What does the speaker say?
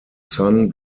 sun